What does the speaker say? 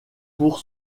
pour